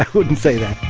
like wouldn't say that